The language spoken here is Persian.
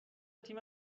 تیم